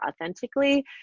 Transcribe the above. authentically